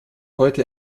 heute